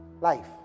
Life